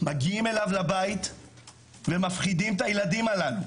מגיעים אליו לבית ומפחידים את הילדים הללו.